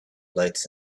lights